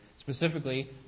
Specifically